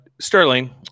sterling